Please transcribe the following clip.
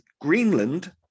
Greenland